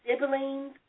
siblings